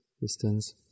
distance